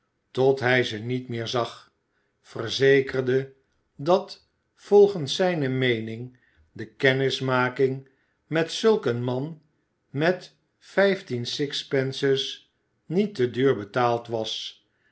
tot hij ze niet meer zag verzekerde dat volgens zijne meening de kennismaking met zulk een man met vijftien sixpences niet te duur betaald was